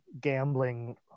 gambling